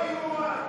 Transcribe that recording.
לא יאומן.